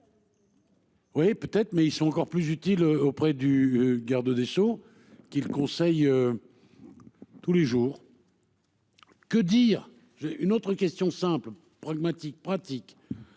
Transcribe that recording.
Oui peut-être mais ils sont encore plus utile auprès du garde des sceaux qui le conseille. Tous les jours. Que dire. J'ai une autre question simple pragmatique pratique.